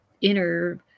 inner